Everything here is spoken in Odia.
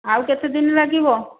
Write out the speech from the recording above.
ଆଉ କେତେ ଦିନ ଲାଗିବ